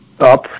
up